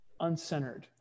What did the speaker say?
uncentered